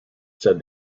said